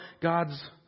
God's